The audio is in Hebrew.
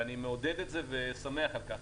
ואני מעודד את זה ושמח על כך.